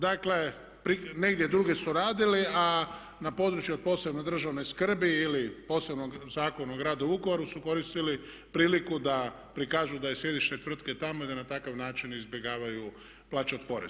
Dakle, negdje drugdje su radili a na području od posebne državne skrbi ili posebno Zakon o gradu Vukovaru su koristili priliku da prikažu da je sjedište tvrtke tamo i da na takav način izbjegavaju plaćati porez.